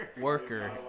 Worker